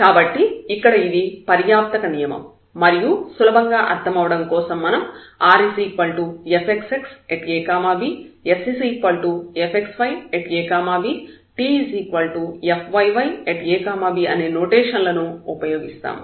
కాబట్టి ఇక్కడ ఇది పర్యాప్తక నియమం మరియు సులభంగా అర్థమవడం కోసం మనం rfxxab sfxyabtfyyab అనే నొటేషన్ లను ఉపయోగిస్తాము